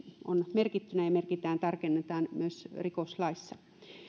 ovat merkittyinä ja niitä tarkennetaan myös rikoslaissa